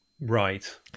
Right